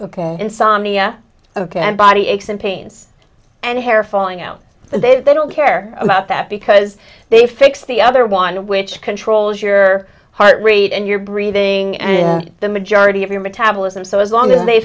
fatigue insomnia ok and body aches and pains and hair falling out they don't care about that because they fix the other one which controls your heart rate and your breathing and the majority of your metabolism so as long as they